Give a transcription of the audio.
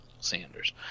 sanders